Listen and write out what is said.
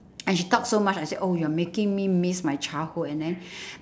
and she talk so much I said oh you're making me miss my childhood and then